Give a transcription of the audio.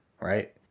right